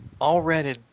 already